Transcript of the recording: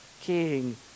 king